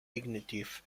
ignatieff